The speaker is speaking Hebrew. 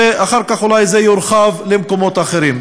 ואחר כך אולי זה יורחב למקומות אחרים.